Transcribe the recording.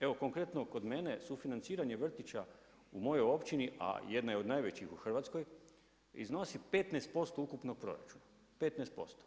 Evo konkretno kod mene sufinanciranje vrtića u mojoj općini, a jedna je od najvećih u Hrvatskoj iznosi 15% ukupnog proračuna, 15%